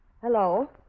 Hello